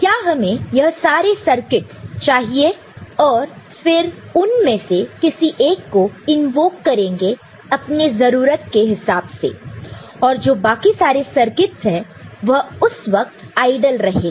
तो क्या हमें यह सारे सर्किटस चाहिए और फिर उनमें से किसी एक को इन्वोक करेंगे अपनी जरूरत के हिसाब से और जो बाकी सारे सर्किटस है वह उस वक़्त आइडल रहेगा